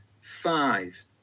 five